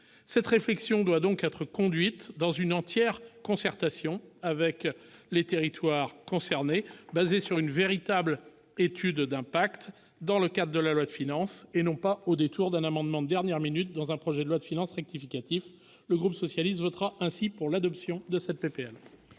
Cette réflexion doit être conduite selon une entière concertation avec les territoires concernés, fondée sur une véritable étude d'impact, dans le cadre de la loi de finances, et non pas au détour d'un amendement de dernière minute à un projet de loi de finances rectificative. Le groupe socialiste votera en faveur de cette